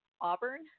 Auburn